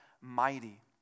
mighty